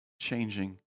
changing